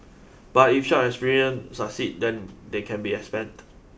but if such succeed then they can be expanded